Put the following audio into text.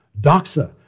Doxa